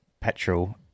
petrol